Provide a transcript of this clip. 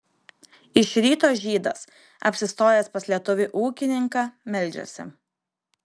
iš ryto žydas apsistojęs pas lietuvį ūkininką meldžiasi